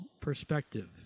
perspective